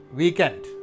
weekend